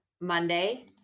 monday